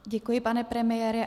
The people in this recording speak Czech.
Děkuji, pane premiére.